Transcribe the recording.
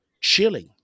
Chilling